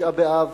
תשעה באב